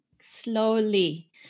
slowly